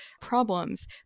problems